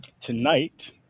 tonight